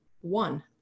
one